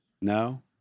No